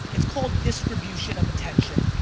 it's called distribution of attention.